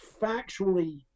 factually